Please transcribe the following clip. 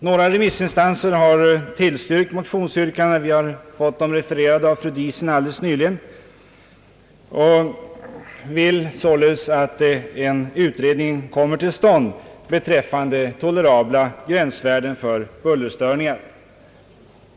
Några remissinstanser har tillstyrkt motionsyrkandet — vi har nyss fått en del yttranden refererade av fru Diesen — och vill således att en utredning kommer till stånd med uppgift att framkomma med förslag om tolerabla gränsvärden för bullerstörningar.